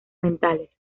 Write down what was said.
mentales